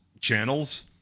channels